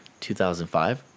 2005